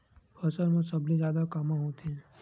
फसल मा सबले जादा कामा होथे?